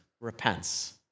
repents